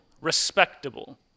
respectable